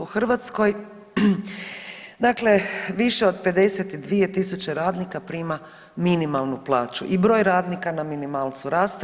U Hrvatskoj, dakle više od 52 tisuće radnika prima minimalnu plaću i broj radnika na minimalcu raste.